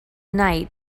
night